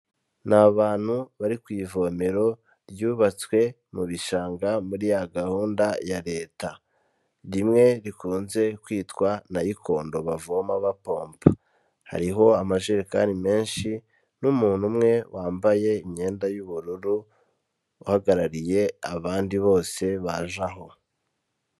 Ni abantu bari ku ivomero ryubatswe mu bishanga, muri ya gahunda ya leta. Rimwe rikunze kwitwa nayikondo bavoma ba pompa. Hariho amajerekani menshi n'umuntu umwe wambaye imyenda y'ubururu, uhagarariye abandi bose baje aho.